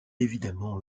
évidemment